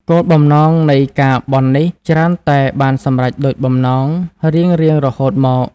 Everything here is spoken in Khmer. គោលបំណងនៃការបន់នេះច្រើនតែបានសម្រេចដូចបំណងរៀងៗរហូតមក ។